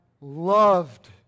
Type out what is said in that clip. loved